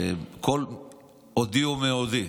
בכל אודי ומאודי.